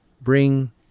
bring